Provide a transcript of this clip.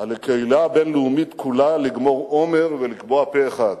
"על הקהילה הבין-לאומית כולה לגמור אומר ולקבוע פה-אחד,